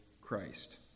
Christ